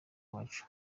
wacu